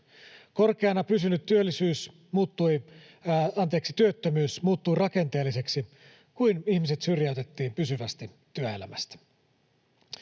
Korkeana pysynyt työttömyys muuttui rakenteelliseksi, kun ihmiset syrjäytettiin pysyvästi työelämästä.